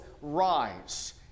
rise